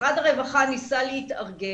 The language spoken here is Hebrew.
משרד הרווחה ניסה להתארגן,